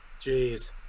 Jeez